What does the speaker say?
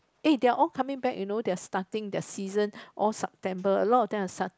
eh they are all coming back you know their starting their season all September a lot of them are start